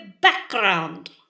background